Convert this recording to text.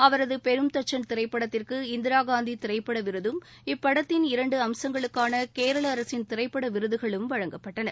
அவரது பெரும்தச்சன் திரைப்படத்திற்கு இந்திராகாந்தி திரைப்பட விருதும் இப்படத்தின் இரண்டு அம்சங்களுக்கான கேரள அரசின் திரைப்பட விருதுகளும் வழங்கப்பட்டன